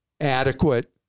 adequate